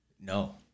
No